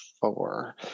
four